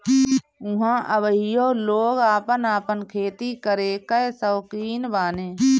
ऊहाँ अबहइयो लोग आपन आपन खेती करे कअ सौकीन बाने